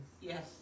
yes